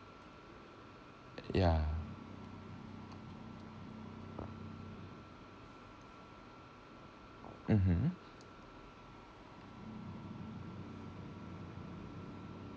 ya mmhmm